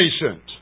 patient